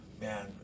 Man